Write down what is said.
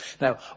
Now